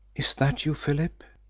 is that you, philip?